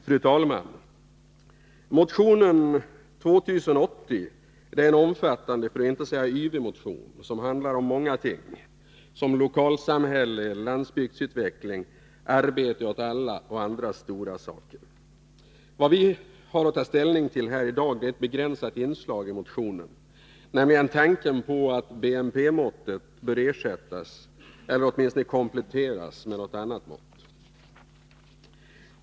Fru talman! Motionen 2080 är en omfattande, för att inte säga yvig, motion som handlar om många ting, bl.a. lokalsamhälle, landsbygdsutveckling, arbete åt alla och andra stora saker. Vad vi har att ta ställning till här i dag är ett begränsat inslag i motionen, nämligen tanken på att BNP-måttet bör ersättas eller åtminstone kompletteras med något annat mått.